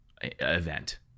event